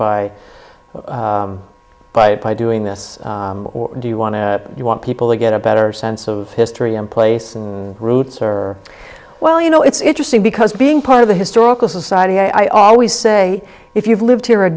by by doing this or do you want to you want people to get a better sense of history and place roots or well you know it's interesting because being part of the historical society i always say if you've lived here a